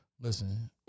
listen